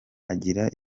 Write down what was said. agira